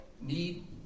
Need